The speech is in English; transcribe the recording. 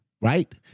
right